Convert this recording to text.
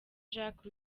jacques